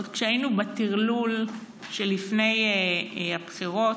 עוד כשהיינו בטרלול שלפני הבחירות,